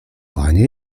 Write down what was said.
panie